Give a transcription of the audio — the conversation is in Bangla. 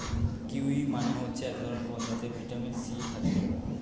কিউয়ি মানে হচ্ছে এক ধরণের ফল যাতে ভিটামিন সি থাকে